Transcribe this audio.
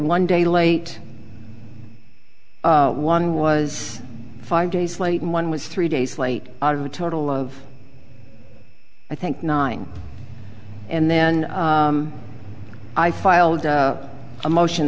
one day late one was five days late and one was three days late out of a total of i think nine and then i filed a motion